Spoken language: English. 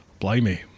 Blimey